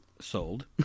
Sold